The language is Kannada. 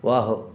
ವಾಹ್